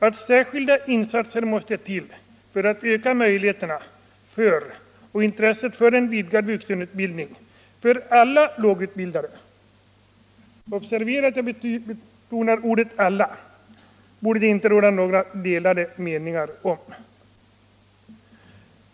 Att särskilda insatser måste till för att öka möjligheterna och intresset för en vidgad vuxenutbildning för alla lågutbildade — observera att jag vill betona ordet ”alla” — borde det inte råda några delade meningar om.